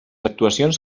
actuacions